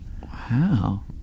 Wow